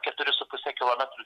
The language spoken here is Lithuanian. keturi su puse kilometrų